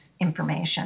information